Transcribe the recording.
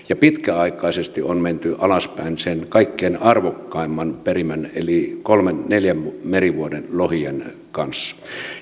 ja pitkäaikaisesti on menty alaspäin sen kaikkein arvokkaimman perimän eli kolmen neljän merivuoden lohien kanssa